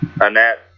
Annette